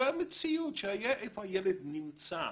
זה היה מציאות איפה הילד נמצא.